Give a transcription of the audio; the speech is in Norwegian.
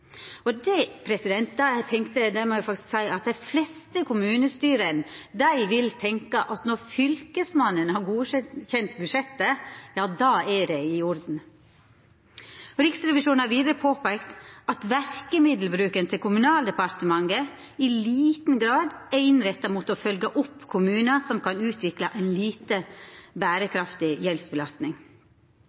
det må eg seia at dei fleste kommunestyra vil tenkja at når Fylkesmannen har godkjent budsjettet – ja då er det i orden. Riksrevisjonen har vidare påpeikt at verkemiddelbruken til Kommunaldepartementet i liten grad er innretta mot å følgja opp kommunar som kan utvikla ei lite berekraftig gjeldsbelastning.